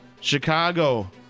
Chicago